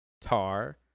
Tar